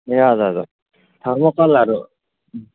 ए हजुर हजुर थर्मोकलहरू